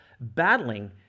battling